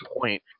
point